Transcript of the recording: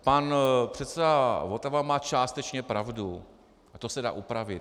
Pan předseda Votava má částečně pravdu a to se dá upravit.